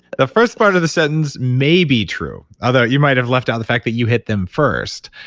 the first part of the sentence may be true. although you might have left out the fact that you hit them first.